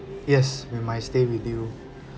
yes with my stay with you